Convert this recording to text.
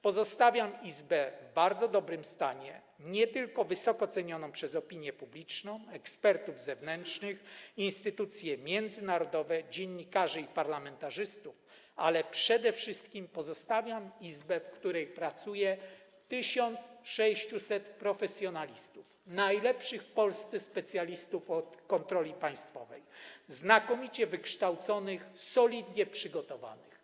Pozostawiam Izbę w bardzo dobrym stanie, wysoko cenioną przez opinię publiczną, ekspertów zewnętrznych, instytucje międzynarodowe, dziennikarzy i parlamentarzystów, ale przede wszystkim pozostawiam Izbę, w której pracuje 1600 profesjonalistów, najlepszych w Polsce specjalistów od kontroli państwowej, znakomicie wykształconych, solidnie przygotowanych.